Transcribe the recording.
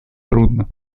трудно